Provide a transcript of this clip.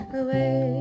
away